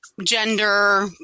gender